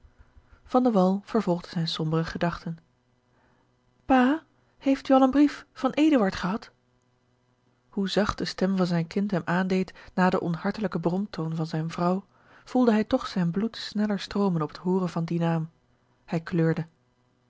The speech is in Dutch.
vervolgde zijne sombere gedachten pa heeft u al brief van eduard gehad hoe zacht de stem van zijn kind hem aandeed na den onhartelijken bromtoon van zijne vrouw voelde hij toch zijn bloed sneller stroomen op het hooren van dien naam hij kleurde